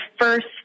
first